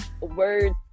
words